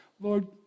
Lord